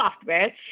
software